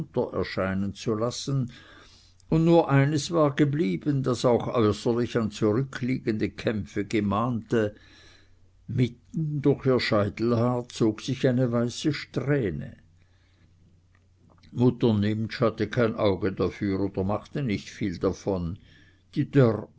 erscheinen zu lassen und nur eines war geblieben das auch äußerlich an zurückliegende kämpfe gemahnte mitten durch ihr scheitelhaar zog sich eine weiße strähne mutter nimptsch hatte kein auge dafür oder machte nicht viel davon die dörr